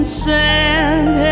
send